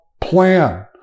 plan